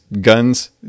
guns